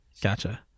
Gotcha